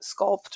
sculpt